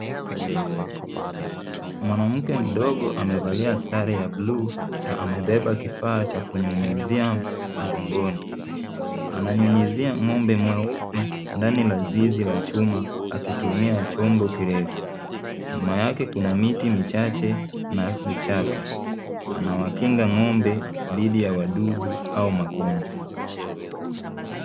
Mwanamke mdogo amevalia sare ya blue na amebeba kifaa cha kunyunyizia mgongoni. Ananyunyizia ng'ombe mweupe ndani ya zizi la chuma akitumia chombo kirefu. Nyuma yake kuna miti michache na vichaka. Anawakinga ng'ombe dhidi ya wadudu au magonjwa.